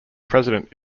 president